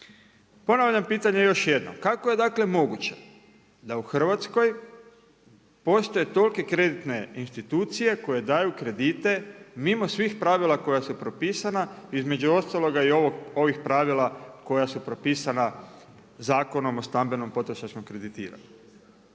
Ponavljam pitanje još jednom, kako je dakle, moguće, da u Hrvatskoj postoje tolike kreditne institucije koje daju kredite mimo svih pravila koja su propisana, između ostaloga i ovih pravila koja su propisana Zakonom o stambenom potrošačkom kreditiranju.